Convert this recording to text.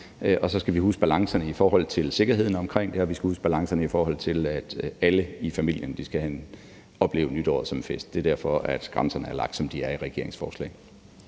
Og så skal vi huske balancerne i forhold til sikkerheden omkring det, og vi skal huske balancerne, i forhold til at alle i familien skal opleve nytåret som en fest. Det er derfor, at grænserne er lagt, som de er i regeringens forslag.